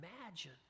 imagine